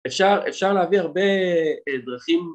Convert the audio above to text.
אפשר להביא הרבה הרבה דרכים